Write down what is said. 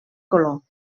color